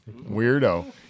weirdo